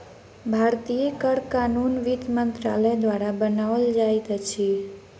भारतीय कर कानून वित्त मंत्रालय द्वारा बनाओल जाइत अछि